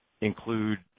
include